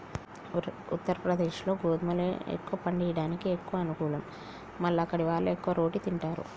ఉత్తరప్రదేశ్లో గోధుమలు ఎక్కువ పండియడానికి ఎక్కువ అనుకూలం మల్ల అక్కడివాళ్లు ఎక్కువ రోటి తింటారు